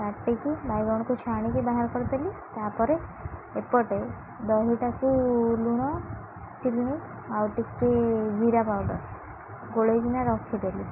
କାଟିକି ବାଇଗଣକୁ ଛାଣିକି ବାହାର କରିଦେଲି ତାପରେ ଏପଟେ ଦହିଟାକୁ ଲୁଣ ଚିନି ଆଉ ଟିକେ ଜିରା ପାଉଡ଼ର ଗୋଳେଇକିନା ରଖିଦେଲି